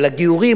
על הגיורים,